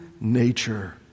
nature